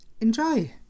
Enjoy